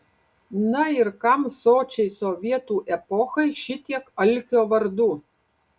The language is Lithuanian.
na ir kam sočiai sovietų epochai šitiek alkio vardų